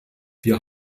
wir